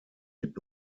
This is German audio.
mit